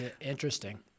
Interesting